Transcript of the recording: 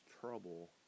trouble